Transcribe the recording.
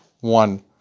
one